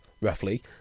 roughly